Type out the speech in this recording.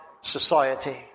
society